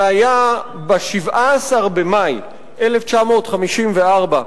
זה היה ב-17 במאי 1954,